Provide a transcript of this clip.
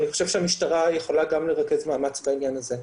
אני חושב שהמשטרה יכולה גם לרכז מאמץ בעניין הזה.